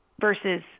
versus